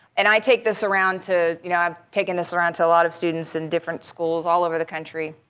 and i take this around to you know i've taken this around to a lot of students in different schools all over the country.